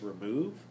remove